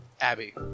Abby